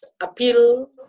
appeal